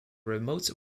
remote